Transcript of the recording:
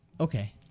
Okay